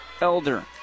Elder